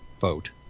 vote